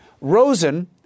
Rosen